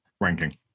ranking